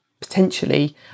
Potentially